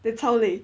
the 超累